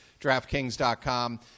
DraftKings.com